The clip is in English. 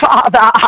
Father